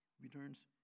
returns